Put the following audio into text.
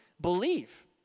believe